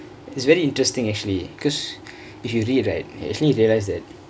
it's very interestingk actually cause if you read right actually you realise that